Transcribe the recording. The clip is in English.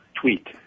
tweet